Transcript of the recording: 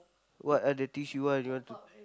what are the things you want you want to